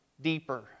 deeper